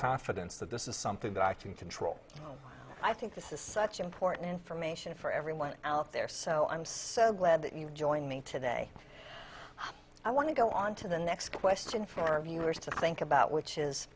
confidence that this is something that i can control i think this is such important information for everyone out there so i'm so glad that you joined me today i want to go on to the next question for our viewers to think about which is